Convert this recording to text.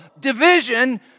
division